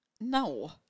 No